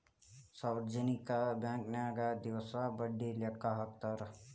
ಸಾರ್ವಜನಿಕ ಬಾಂಕನ್ಯಾಗ ದಿವಸ ಬಡ್ಡಿ ಲೆಕ್ಕಾ ಹಾಕ್ತಾರಾ